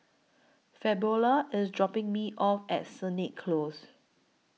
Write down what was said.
Fabiola IS dropping Me off At Sennett Close